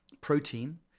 protein